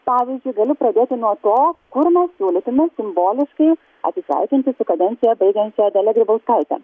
pavyzdžiui galiu pradėti nuo to kur mes siūlytume simboliškai atsisveikinti su kadenciją baigiančia dalia grybauskaite